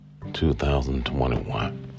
2021